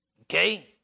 Okay